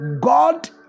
God